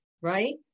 right